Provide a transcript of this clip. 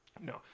No